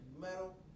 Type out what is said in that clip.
metal